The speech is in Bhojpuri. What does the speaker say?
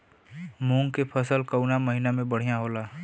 मुँग के फसल कउना महिना में बढ़ियां होला?